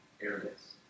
areas